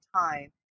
time